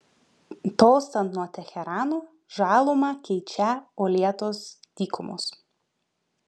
tolstant nuo teherano žalumą keičią uolėtos dykumos